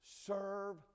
serve